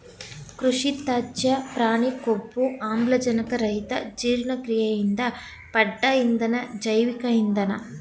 ಕೃಷಿತ್ಯಾಜ್ಯ ಪ್ರಾಣಿಕೊಬ್ಬು ಆಮ್ಲಜನಕರಹಿತಜೀರ್ಣಕ್ರಿಯೆಯಿಂದ ಪಡ್ದ ಇಂಧನ ಜೈವಿಕ ಇಂಧನ